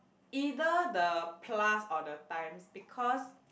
either the plus or the times because